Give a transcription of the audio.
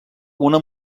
una